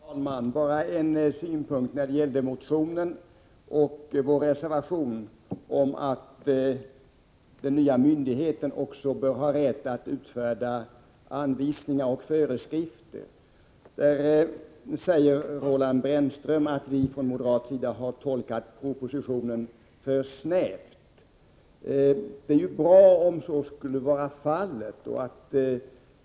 Fru talman! Jag har bara en synpunkt beträffande motionen och vår reservation om att den nya myndigheten också bör ha rätt att utfärda anvisningar och föreskrifter. Roland Brännström säger att vi från moderat sida har tolkat propositionen för snävt. Det är ju bra om så skulle vara fallet.